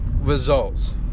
results